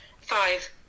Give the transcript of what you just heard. Five